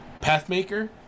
Pathmaker